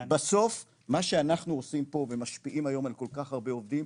בסוף מה שאנחנו עושים פה ומשפיעים היום על כל כך הרבה עובדים,